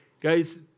Guys